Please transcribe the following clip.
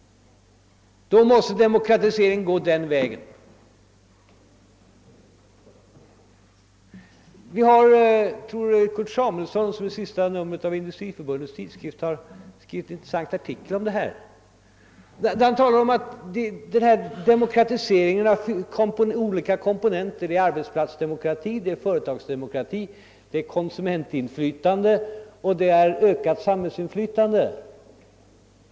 Kurt Samuelsson har i det senaste numret av Industriförbundets tidskrift skrivit en intressant artikel om detta problem. Han säger att vi får gå fram på olika vägar för att åstadkomma en demokratisering: genom införande av arbetsplatsdemokrati, företagsdemokrati, konsumentinflytande och ökat samhällsinflytande.